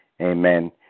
Amen